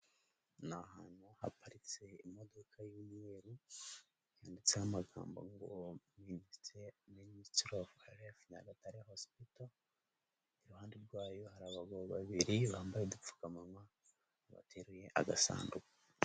Ni ahantu haparitse imodoka y'umweru, yanditseho amagambo ngo ministry of health, Nyagatare hospital, iruhande rwayo hari abagabo babiri bambaye udupfukamunwa, bateruye agasanduku.